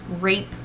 rape-